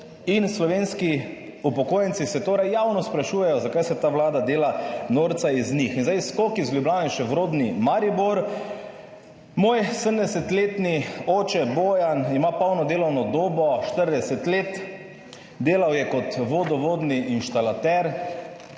in slovenski upokojenci se torej javno sprašujejo, zakaj se ta vlada dela norca iz njih. In zdaj skok iz Ljubljane še v rodni Maribor. Moj 70. oče Bojan ima polno delovno dobo, 40 let, delal je kot vodovodni inštalater.